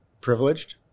privileged